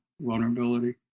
vulnerability